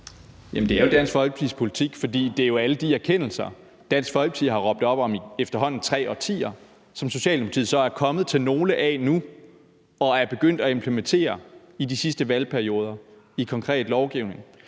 det er jo Dansk Folkepartis politik, for det er jo alle de erkendelser, som Dansk Folkeparti har råbt op om i efterhånden tre årtier, som Socialdemokratiet så er kommet til nu – nogle af dem – og er begyndt at implementere i de sidste valgperioder i konkret lovgivning,